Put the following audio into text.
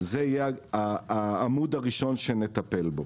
זה יהיה העמוד הראשון שנטפל בו.